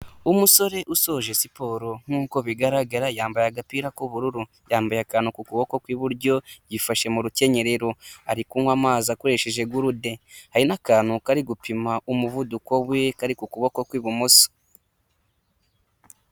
Umusore usoje siporo nk'uko bigaragara, yambaye agapira k'ubururu, yambaye akantu ku kuboko kw'iburyo, yifashe mu rukenyerero, ari kunywa amazi akoresheje gurude, hari n'akantu kari gupima umuvuduko we kari ku kuboko kw'ibumoso.